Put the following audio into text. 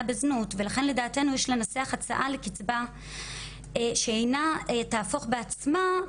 בזנות ולכן לדעתנו יש לנסח הצעה לקצבה שאינה תהפוך בעצמה,